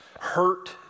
hurt